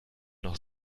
noch